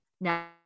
Now